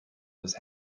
was